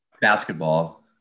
basketball